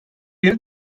yeni